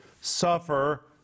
suffer